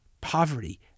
Poverty